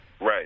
Right